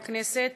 בכנסת.